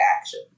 action